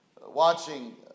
watching